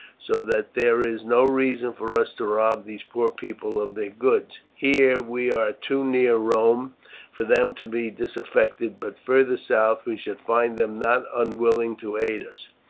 so that there is no reason for us to rob these poor people of their goods. here we are too near rome for them to be disaffected, but further south we shall find them not unwilling to aid us,